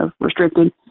restricted